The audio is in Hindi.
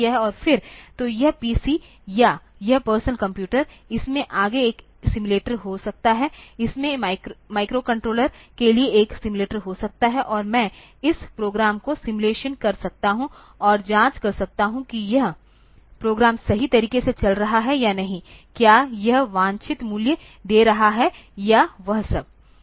और फिर तो यह पीसी या यह पर्सनल कंप्यूटर इसमें आगे एक सिम्युलेटर हो सकता है इसमें माइक्रोकंट्रोलर के लिए एक सिम्युलेटर हो सकता है और मैं इस प्रोग्राम का सिमुलेशन कर सकता हूं और जांच कर सकता हूं कि यह प्रोग्राम सही तरीके से चल रहा है या नहीं क्या यह वांछित मूल्य दे रहा है और वह सब